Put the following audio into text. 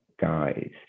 guys